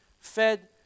fed